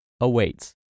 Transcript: awaits